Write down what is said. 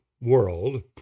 world